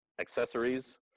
accessories